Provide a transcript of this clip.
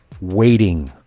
waiting